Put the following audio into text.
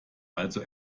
also